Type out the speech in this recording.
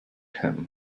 him